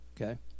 Okay